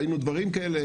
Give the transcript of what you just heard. ראינו דברים כאלה,